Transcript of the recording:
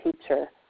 teacher